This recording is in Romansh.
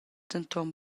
denton